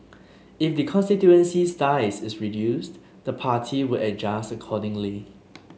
if the constituency's size is reduced the party would adjust accordingly